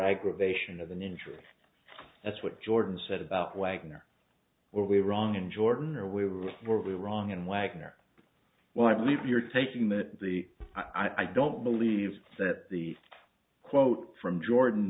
aggravation of an injury that's what jordan said about wagner were we wrong in jordan or we were horribly wrong and wagner well i believe you're taking that the i don't believe that the quote from jordan